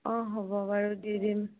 অঁ হ'ব বাৰু দি দিম